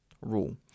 rule